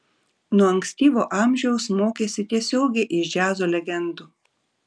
nuo ankstyvo amžiaus mokėsi tiesiogiai iš džiazo legendų